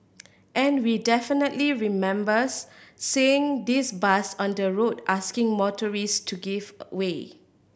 and we definitely remembers seeing this bus on the road asking motorists to give away